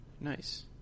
Nice